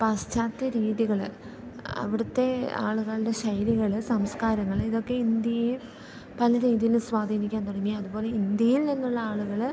പാശ്ചാത്യ രീതികൾ അവിടുത്തെ ആളുകളുടെ ശൈലികൾ സംസ്കാരങ്ങൾ ഇതൊക്കെ ഇന്ത്യയെ പല രീതിയിൽ സ്വാധീനിക്കാൻ തുടങ്ങി അതുപോലെ ഇന്ത്യയിൽ നിന്നുള്ള ആളുകൾ